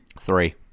Three